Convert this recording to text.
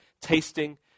tasting